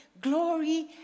glory